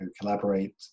collaborate